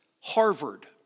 Harvard